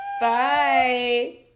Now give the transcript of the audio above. bye